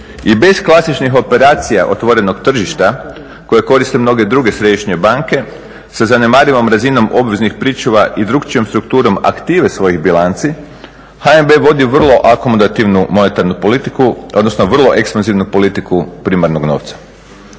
I bez klasičnih operacija otvorenog tržišta koje koriste mnoge druge središnje banke sa zanemarivom razinom obveznih pričuva i drukčijom strukturom aktive svojih bilanci HNB vodi vrlo akomodativnu monetarnu politiku odnosno vrlo ekstenzivnu politiku primarnog novca.